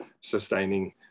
sustaining